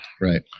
right